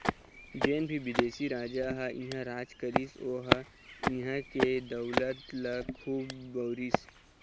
जेन भी बिदेशी राजा ह इहां राज करिस ओ ह इहां के दउलत ल खुब बउरिस